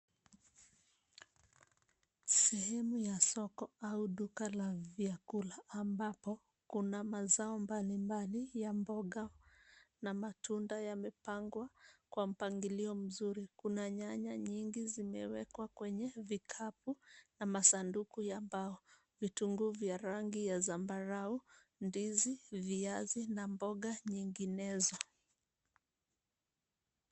Sehemu ya soko au duka la vyakula ambapo kuna mazao mbalimbali ya mboga na matunda yamepangwa kwa mpangilio mzuri. Kuna nyanya nyingi zimewekwa kwenye vikapu na masanduku ya mbao. Vitunguu vya rangi ya zambarau, ndizi, viazi na mboga nyinginezo.